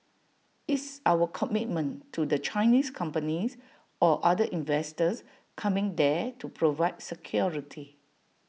it's our commitment to the Chinese companies or other investors coming there to provide security